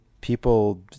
people